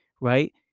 Right